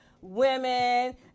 women